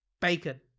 bacon